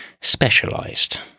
Specialized